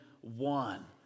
one